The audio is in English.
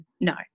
no